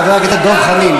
חבר הכנסת דב חנין.